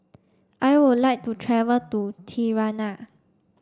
I would like to travel to Tirana